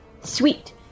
Sweet